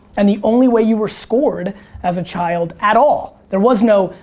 and the only way you were scored as a child, at all, there was no,